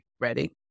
ready